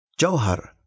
Johar